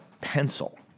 pencil